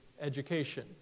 education